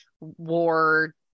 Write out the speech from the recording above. war